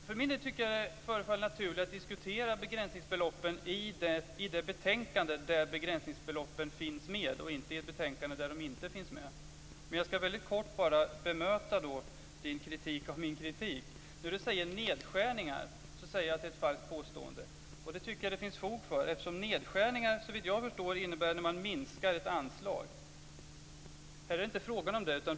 Fru talman! För min del förefaller det naturligare att diskutera begränsningsbeloppen i debatten om det betänkande där de finns med än i debatten om ett betänkande där begränsningsbeloppen inte finns med. Men jag skall kortfattat bemöta din kritik av min kritik. När du säger "nedskärningar" säger jag att det är ett falskt påstående. Det finns fog för det, eftersom nedskärningar, såvitt jag förstår, innebär att man minskar ett anslag. I det här fallet är det inte fråga om det.